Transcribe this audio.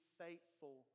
faithful